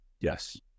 Yes